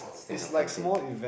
think of something